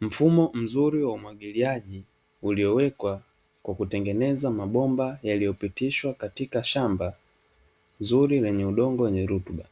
Mfumo mzuri wa umwagiliaji, uliowekwa kwa kutengeneza mabomba yaliyopitishwa katika shamba zuri lenye udongo wenye rutuba,